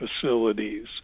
facilities